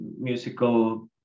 musical